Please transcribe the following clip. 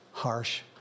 harsh